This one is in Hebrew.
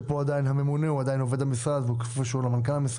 כשפה הממונה הוא עדיין עובד המשרד והוא כפוף איפשהו למנכ"ל המשרד.